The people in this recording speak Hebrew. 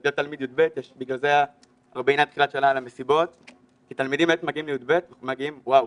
תלמידים באמת מגיעים ל-י"ב, אנחנו מגיעים, וואו,